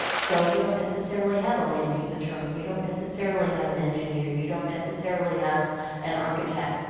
so you don't necessarily have a land-use attorney, you don't necessarily have an engineer you don't necessarily have an architect.